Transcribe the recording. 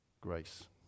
grace